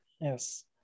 yes